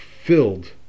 filled